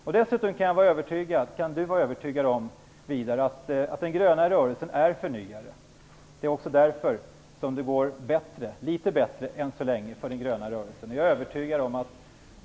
Widar Andersson kan vara övertygad om att den gröna rörelsen är en förnyare. Det är också därför som det än så länge går litet bättre för den gröna rörelsen.